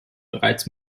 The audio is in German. bereits